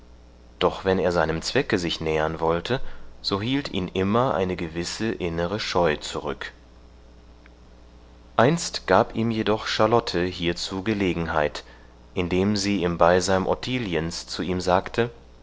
doch wenn er seinem zwecke sich nähern wollte so hielt ihn immer eine gewisse innere scheu zurück einst gab ihm jedoch charlotte hierzu gelegenheit indem sie in beisein ottiliens zu ihm sagte